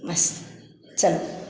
बस चल